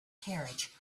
carriage